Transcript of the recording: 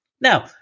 now